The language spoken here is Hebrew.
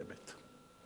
באמת.